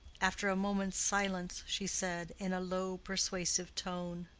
after a moment's silence she said, in a low, persuasive tone,